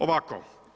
Ovako.